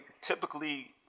typically